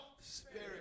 spirit